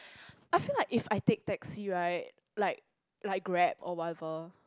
I feel like if I take taxi right like I grab or whatever